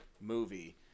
movie